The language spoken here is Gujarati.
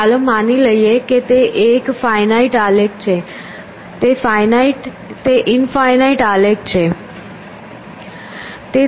ચાલો માની લઈએ કે તે એક ફાઇનાઇટ આલેખ છે તે ઇન્ફાઇનાઇટ આલેખ છે